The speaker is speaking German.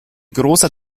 großer